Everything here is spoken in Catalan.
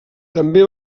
també